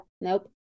Nope